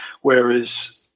whereas